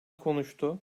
konuştu